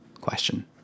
question